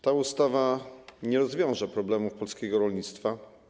Ta ustawa nie rozwiąże problemów polskiego rolnictwa.